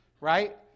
right